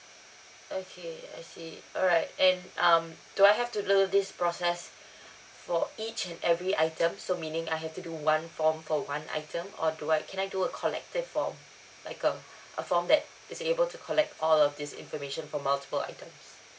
okay I see alright and um do I have to do this process for each and every item so meaning I have to do one form for one item or do I can I do a collective form like uh a form that is able to collect all of this information for multiple items